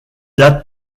date